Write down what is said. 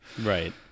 Right